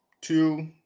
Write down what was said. Two